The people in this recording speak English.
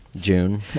june